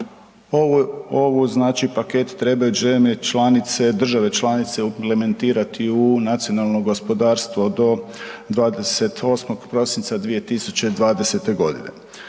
članice, države članice implementirati u nacionalno gospodarstvo do 28. prosinca 2020. godine.